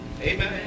Amen